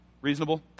Reasonable